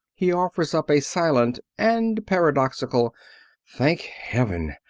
he offers up a silent and paradoxical thank heaven!